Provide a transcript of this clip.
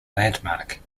landmark